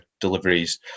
deliveries